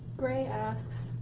grey asks,